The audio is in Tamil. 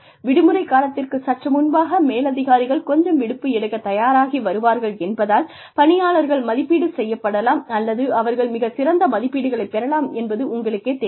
விடுமுறை காலத்திற்குச் சற்று முன்பாக மேலதிகாரிகள் கொஞ்சம் விடுப்பு எடுக்கத் தயாராகி வருவார்கள் என்பதால் பணியாளர்கள் மதிப்பீடு செய்யப்படலாம் அல்லது அவர்கள் மிக சிறந்த மதிப்பீடுகளைப் பெறலாம் என்பது உங்களுக்கேத் தெரியும்